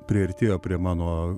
priartėjo prie mano